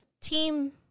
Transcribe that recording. team